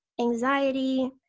anxiety